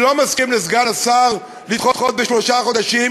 אני לא מסכים להצעת סגן השר לדחות בשלושה חודשים,